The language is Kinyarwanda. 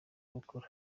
bukuru